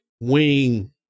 wing